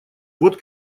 вот